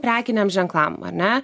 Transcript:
prekiniam ženklam ar ne